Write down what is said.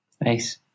Nice